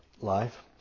life